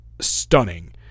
stunning